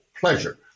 pleasure